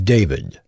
David